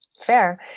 fair